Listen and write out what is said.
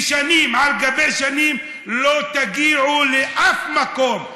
ושנים על גבי שנים לא תגיעו לאף מקום.